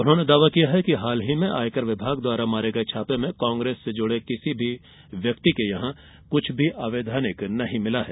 उन्होंने दावा किया कि हाल ही में आयकर विभाग द्वारा मारे गए छापे में कांग्रेस से जुड़े किसी व्यक्ति के यहाँ अवैधानिक कुछ भी नहीं मिला है